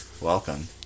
welcome